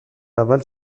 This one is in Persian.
اول